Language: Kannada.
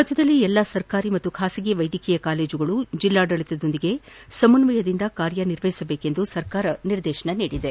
ರಾಜ್ಯದಲ್ಲಿ ಎಲ್ಲಾ ಸರ್ಕಾರಿ ಹಾಗೂ ಖಾಸಗಿ ವೈದ್ಯಕೀಯ ಕಾಲೇಜುಗಳು ಜಿಲ್ಲಾಡಳಿತಗಳೊಂದಿಗೆ ಸಮನ್ವಯದಿಂದ ಕಾರ್ಯನಿರ್ವಹಿಸಬೇಕೆಂದು ಸರ್ಕಾರ ನಿರ್ದೇಶನ ನೀಡಿದೆ